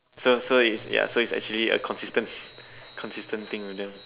so so it's ya so it's actually a consistent consistent thing with them